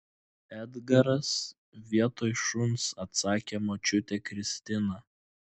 edgaras vietoj šuns atsakė močiutė kristina